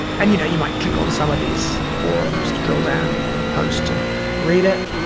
and you know you might click on some of these forums to drill down or post to read it,